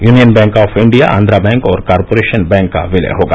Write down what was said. union Bank of India Andhra Bank और Corporation Bank का विलय होगा